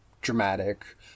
dramatic